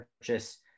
purchase